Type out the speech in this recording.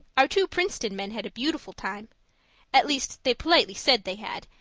our two princeton men had a beautiful time at least they politely said they had,